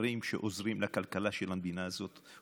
בדברים שעוזרים לכלכלה של המדינה הזאת,